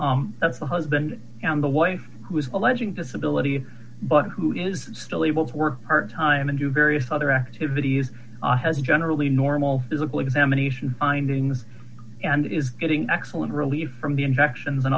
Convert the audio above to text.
the husband and the wife who is alleging disability but who is still able to work part time and do various other activities has generally normal physical examination findings and is getting excellent relief from the injections and